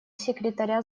секретаря